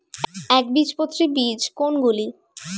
একবীজপত্রী বীজ কোন গুলি?